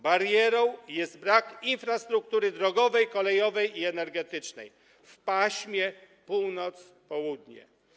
Barierą jest brak infrastruktury drogowej, kolejowej i energetycznej w paśmie północ-południe.